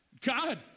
God